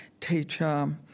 teacher